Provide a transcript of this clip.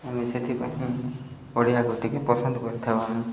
ଆମେ ସେଥିପାଇଁ ଓଡ଼ିଆକୁ ଟିକେ ପସନ୍ଦ କରିଥାଉ ଆମେ